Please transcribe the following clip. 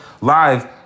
Live